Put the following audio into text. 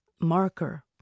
marker